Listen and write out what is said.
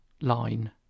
line